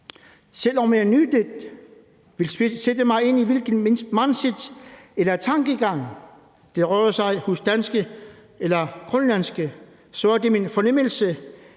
Selv om jeg nødig vil sætte mig ind i, hvilket mindset eller tankegang der rører sig hos danske eller grønlandske, så er det min fornemmelse,